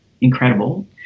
incredible